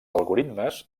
algoritmes